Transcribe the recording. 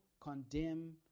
condemn